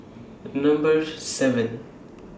Number seven